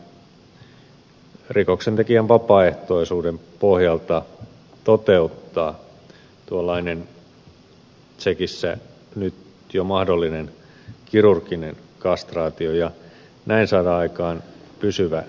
voitaisiinko meillä rikoksentekijän vapaaehtoisuuden pohjalta toteuttaa tuollainen tsekissä nyt jo mahdollinen kirurginen kastraatio ja näin saada aikaan pysyvä ratkaisu ongelmaan